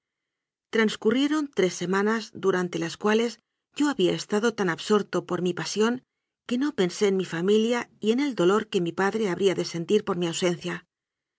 transcurrieron tres se manas durante las cuales yo había estado tan ab sorto por mi pasión que no pensé en mi familia y en el dolor que mi padre habría de sentir por mi ausencia